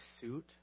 suit